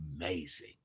amazing